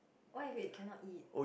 why if it cannot eat